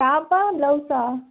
பாப்பா ப்ளவுஸ்ஸா